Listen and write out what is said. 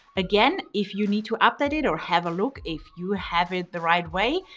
again, if you need to update it or have a look if you have it the right way,